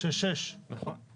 6:6. נכון.